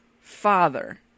father